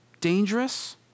dangerous